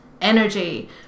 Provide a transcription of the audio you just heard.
energy